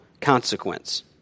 consequence